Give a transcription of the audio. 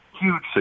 Huge